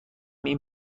این